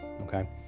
Okay